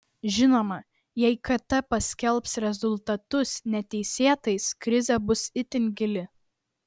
žinoma jei kt paskelbs rezultatus neteisėtais krizė bus itin gili